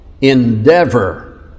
endeavor